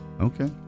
Okay